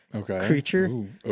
creature